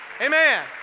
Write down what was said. Amen